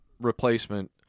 replacement